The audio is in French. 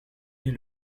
est